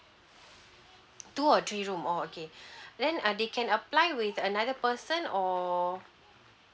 two or three room orh okay then uh they can apply with another person or